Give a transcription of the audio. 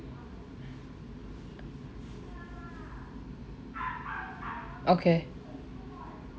okay